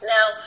Now